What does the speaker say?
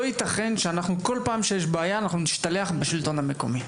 לא ייתכן שכל פעם שיש בעיה אנחנו נשתלח בשלטון המקומי.